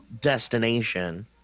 destination